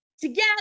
together